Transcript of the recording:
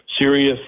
serious